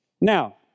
Now